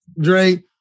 Dre